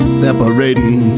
separating